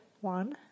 one